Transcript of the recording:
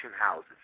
houses